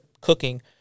cooking